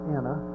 Anna